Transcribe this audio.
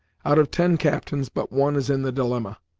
out of ten captains, but one is in the dilemma,